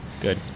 Good